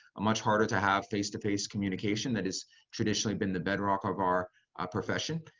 much harder to have face-to-face communication that has traditionally been the bedrock of our profession.